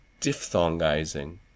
diphthongizing